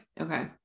okay